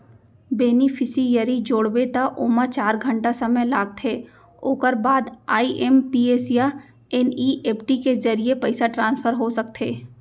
beneficiary जोड़बे त ओमा चार घंटा समे लागथे ओकर बाद आइ.एम.पी.एस या एन.इ.एफ.टी के जरिए पइसा ट्रांसफर हो सकथे